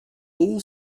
all